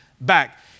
back